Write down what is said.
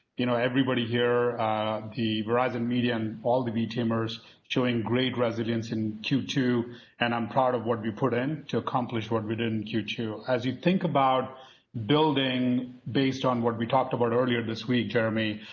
you know everybody here at the verizon media and all of the v teamers showing great resilience in q two and i'm proud of what we put in to accomplish what we did in q two. as you think about building based on what we talked about earlier this week, jeremy,